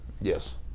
Yes